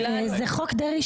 דרך אגב, זה חוק דרעי